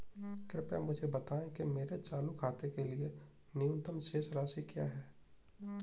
कृपया मुझे बताएं कि मेरे चालू खाते के लिए न्यूनतम शेष राशि क्या है?